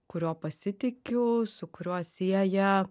kuriuo pasitikiu su kuriuo sieja